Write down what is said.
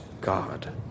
God